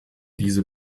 diese